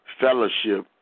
fellowship